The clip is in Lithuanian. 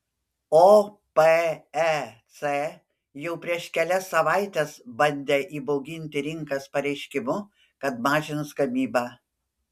opec jau prieš kelias savaites bandė įbauginti rinkas pareiškimu kad mažins gamybą